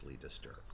disturbed